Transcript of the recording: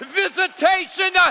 visitation